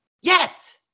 Yes